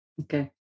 Okay